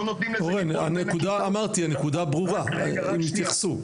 אורן אני אמרתי הנקודה ברורה, יתייחסו.